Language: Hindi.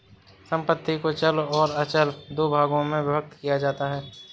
संपत्ति को चल और अचल दो भागों में विभक्त किया जाता है